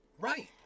Right